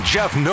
Jeff